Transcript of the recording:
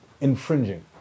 infringing